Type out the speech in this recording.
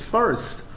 First